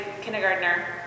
kindergartner